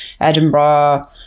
Edinburgh